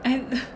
then